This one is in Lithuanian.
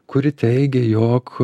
kuri teigia jog